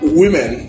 women